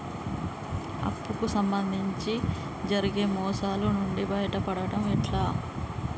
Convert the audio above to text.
అప్పు కు సంబంధించి జరిగే మోసాలు నుండి బయటపడడం ఎట్లా?